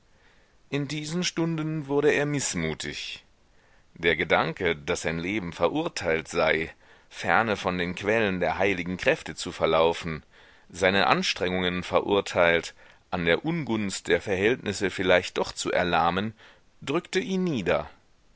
in diesen stunden wurde er mißmutig der gedanke daß sein leben verurteilt sei ferne von den quellen der heiligen kräfte zu verlaufen seine anstrengungen verurteilt an der ungunst der verhältnisse vielleicht doch zu erlahmen drückte ihn nieder